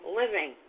living